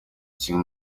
kimwe